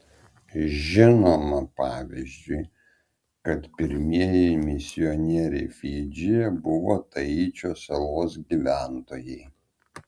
žinoma pavyzdžiui kad pirmieji misionieriai fidžyje buvo taičio salos gyventojai